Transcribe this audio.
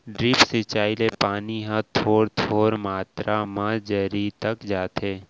drip सिंचई ले पानी ह थोर थोर मातरा म जरी तक जाथे